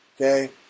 Okay